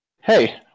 Hey